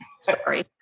Sorry